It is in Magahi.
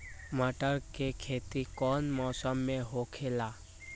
मटर के खेती कौन मौसम में होखेला?